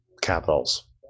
capitals